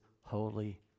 holy